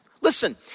Listen